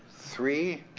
three,